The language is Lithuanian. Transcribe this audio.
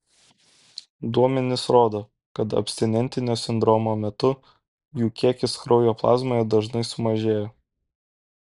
duomenys rodo kad abstinentinio sindromo metu jų kiekis kraujo plazmoje dažnai sumažėja